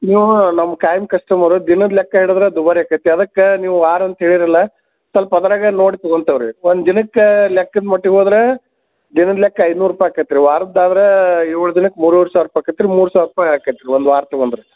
ನೀವು ನಮ್ಮ ಕಾಯಂ ಕಸ್ಟಮರು ದಿನದ ಲೆಕ್ಕ ಹಿಡಿದ್ರೆ ದುಬಾರಿ ಆಗುತ್ತೆ ಅದಕ್ಕೆ ನೀವು ವಾರ ಅಂತ ಹೇಳಿರಲ್ಲ ಸ್ವಲ್ಪ ಅದರಾಗೆ ನೋಡಿ ತೊಂತೇವೆ ರಿ ಒಂದು ದಿನಕ್ಕೆ ಲೆಕ್ಕದ ಮಟ್ಟಿಗೆ ಹೋದ್ರೆ ದಿನದ ಲೆಕ್ಕ ಐದ್ನೂರು ರೂಪಾಯಿ ಆಕೈತೆ ರಿ ವಾರದ್ದು ಆದ್ರೆ ಏಳು ದಿನಕ್ಕೆ ಮೂರೂವರೆ ಸಾವ್ರ ರೂಪಾಯಿ ಆಗುತ್ತ ರಿ ಮೂರು ಸಾವ್ರ ರೂಪಾಯಿ ಆಕೈತೆ ರಿ ಒಂದು ವಾರ ತೊಗೊಂಡ್ರೆ